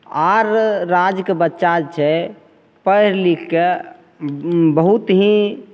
आओर राज्यके बच्चा छै पढ़ि लिखिके बहुत ही